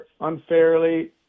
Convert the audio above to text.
unfairly